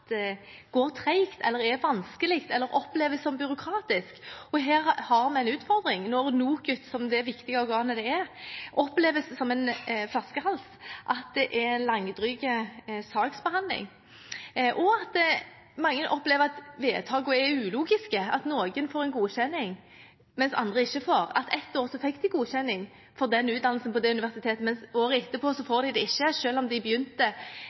er vanskelige eller oppleves som byråkratisk. Vi har en utfordring når NOKUT, som det viktige organet det er, oppleves som en flaskehals – at det er langdryg saksbehandling, at mange opplever at vedtakene er ulogiske, at noen får godkjenning, mens andre ikke får. Ett år fikk de godkjenning for den utdannelsen på det universitetet, men året etter får de det ikke selv om de begynte